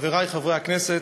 חברי חברי הכנסת,